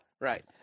Right